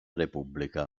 repubblica